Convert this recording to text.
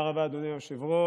תודה רבה, אדוני היושב-ראש.